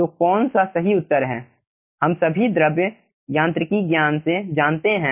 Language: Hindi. तो कौन सा सही उत्तर है हम सभी द्रव यांत्रिकी ज्ञान से जानते हैं